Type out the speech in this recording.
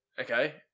okay